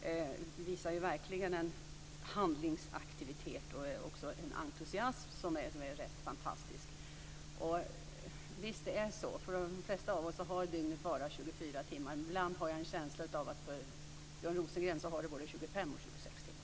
Det visar verkligen en handlingsaktivitet och en entusiasm som är rätt fantastisk. Visst är det så att dygnet bara har 24 timmar för de flesta av oss. Ibland har jag en känsla av att för Björn Rosengren har det både 25 och 26 timmar.